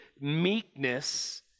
meekness